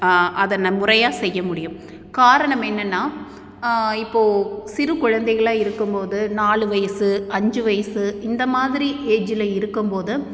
அதை முறையா செய்ய முடியும் காரணம் என்னன்னா இப்போது சிறு குழந்தைகளாக இருக்கும் போது நாலு வயசு அஞ்சு வயது இந்த மாதிரி ஏஜில் இருக்கும் போது